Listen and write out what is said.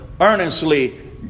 earnestly